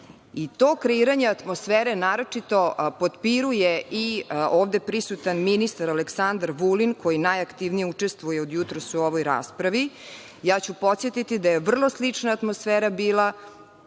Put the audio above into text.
i to kreiranja atmosfere naročito potpiruje i ovde prisutan ministar Aleksandar Vulin, koji najaktivnije učestvuje od jutros u ovoj raspravi. Ja ću podsetiti da je vrlo slična atmosfera bila